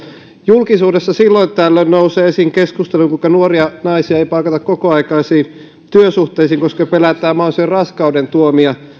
julkisuudessa silloin tällöin nousee esiin keskustelu kuinka nuoria naisia ei palkata kokoaikaisiin työsuhteisiin koska pelätään mahdollisen raskauden tuomia